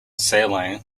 sailing